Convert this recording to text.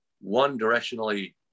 one-directionally